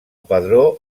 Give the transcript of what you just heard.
padró